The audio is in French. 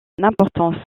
important